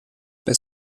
bei